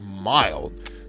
mild